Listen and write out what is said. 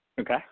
Okay